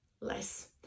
less